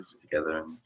together